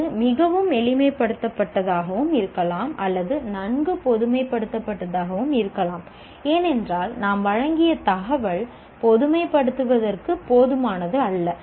அது மிகவும் எளிமைப்படுத்தப்பட்டதாகவும் இருக்கலாம் அல்லது நன்கு பொதுமைப்படுத்தப்பட்டதாகவும் இருக்கலாம் ஏனென்றால் நாம் வழங்கிய தகவல் பொதுமை படுத்துவதற்கு போதுமானது அல்ல